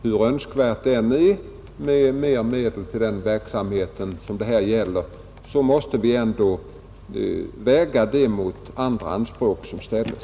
Hur önskvärt det än är att ge mer medel till den verksamhet det här gäller, måste vi ändå väga det önskemålet mot andra anspråk som ställs.